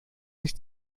nicht